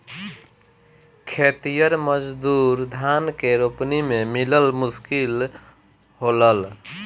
खेतिहर मजूर धान के रोपनी में मिलल मुश्किल होलन